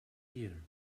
year